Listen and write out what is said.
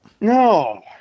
no